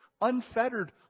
unfettered